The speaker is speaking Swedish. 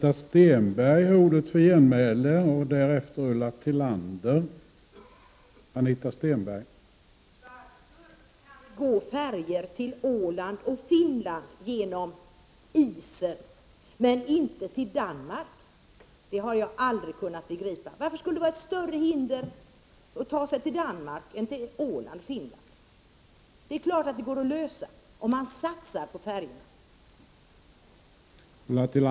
Herr talman! Varför kan det gå färjor till Åland och Finland genom isen, men inte till Danmark? Det har jag aldrig kunnat begripa. Varför skulle isen vara ett större hinder när det gäller att ta sig till Danmark än till Åland och Finland? Det är klart att den frågan går att lösa, om man satsar på färjorna.